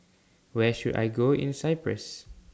Where should I Go in Cyprus